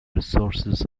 resources